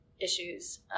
issues